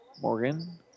Morgan